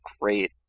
great